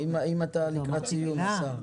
האם אתה לקראת סיום, השר?